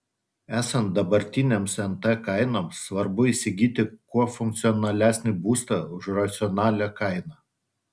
esant dabartinėms nt kainoms svarbu įsigyti kuo funkcionalesnį būstą už racionalią kainą